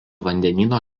vandenyno